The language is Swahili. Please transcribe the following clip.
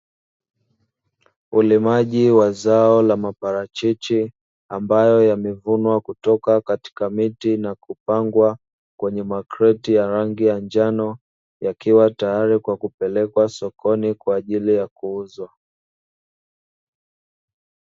Ulimaji wa zao la maparachichi ambayo yamevunwa kutoka katika miti na kupangwa kwenye makreti ya rangi ya njano, yakiwa tayari kwa kupelekwa sokoni kwa ajili ya kuuzwa.